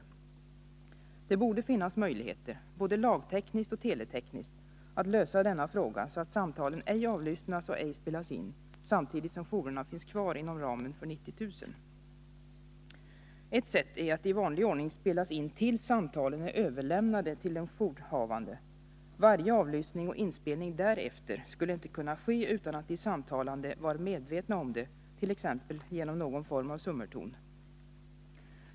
Men det borde finnas möjligheter både lagtekniskt och teletekniskt att lösa denna fråga så, att samtalen ej avlyssnas och ej spelas in, samtidigt som jourerna finns kvar inom ramen för telefonnummer 90 000. Ett sätt är att de i vanlig ordning spelas in tills samtalet är överlämnat till den jourhavande. Avlyssning och inspelning skulle därefter inte kunna ske utan att de samtalande var medvetna om det, t.ex. genom någon form av summerton.